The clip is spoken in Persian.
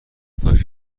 تاکسی